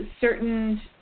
certain